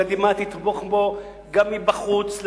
קדימה תתמוך בו גם מבחוץ,